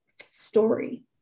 story